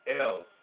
else